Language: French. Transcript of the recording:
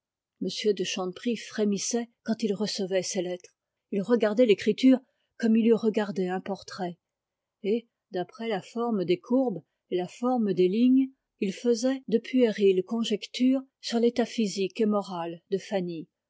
de chanteprie frémissait quand il recevait ces lettres il regardait l'écriture comme il eût regardé un portrait et d'après la forme des courbes et la forme des lignes il faisait de puériles conjectures sur l'état physique et moral de fanny